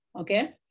okay